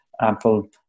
Apple